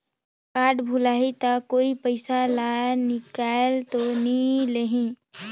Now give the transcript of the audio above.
Card भुलाही ता कोई पईसा ला निकाल तो नि लेही?